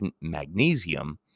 magnesium